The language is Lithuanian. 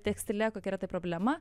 tekstile kokia yra tai problema